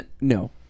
No